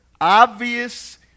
obvious